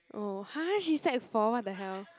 orh !huh! she sec four what the hell